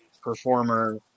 performer